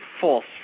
false